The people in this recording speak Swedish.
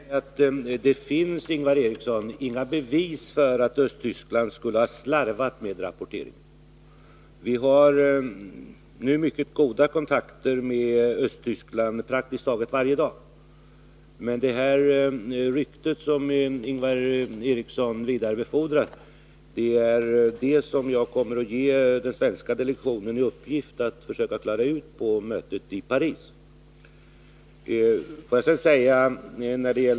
Herr talman! Det finns, Ingvar Eriksson, inga bevis för att Östtyskland skulle ha slarvat med rapporteringen. Vi har nu mycket goda kontakter med Östtyskland — praktiskt taget varje dag. Det rykte som Ingvar Eriksson vidarebefordrar kommer jag att ge den svenska delegationen i uppdrag att försöka klara ut vid mötet i Paris.